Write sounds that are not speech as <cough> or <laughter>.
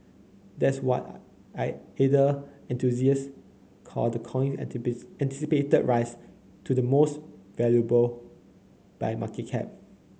that's what <unintelligible> ether enthusiasts call the coin <unintelligible> anticipated rise to the most valuable by market cap